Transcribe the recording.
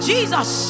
Jesus